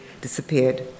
disappeared